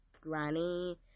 granny